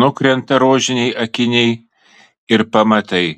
nukrenta rožiniai akiniai ir pamatai